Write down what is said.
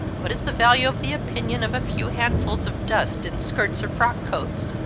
what is the value of the opinion of a few handfuls of dust in skirts or frock-coats?